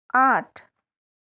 आठ